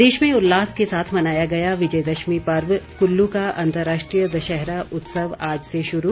प्रदेश में उल्लास के साथ मनाया गया विजय दशमी पर्व कुल्लू का अंतर्राष्ट्रीय दशहरा उत्सव आज से शुरू